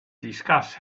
discuss